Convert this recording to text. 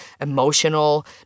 emotional